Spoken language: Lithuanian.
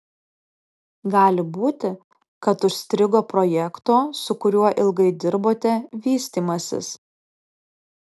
gali būti kad užstrigo projekto su kuriuo ilgai dirbote vystymasis